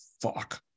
fuck